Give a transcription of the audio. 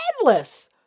endless